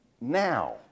now